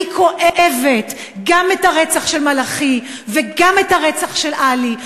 אני כואבת גם את הרצח של מלאכי וגם את הרצח של עלי,